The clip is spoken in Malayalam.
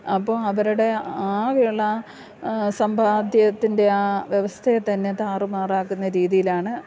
അപ്പം അവരുടെ ആകെയുള്ള സമ്പാദ്യത്തിൻ്റെ ആ വ്യവസ്ഥയ തന്നെ താറുമാറാക്കുന്ന രീതിയിലാണ്